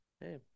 hey